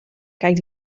kijkt